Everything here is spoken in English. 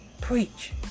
preach